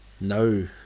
no